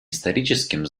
историческим